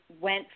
went